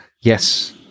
yes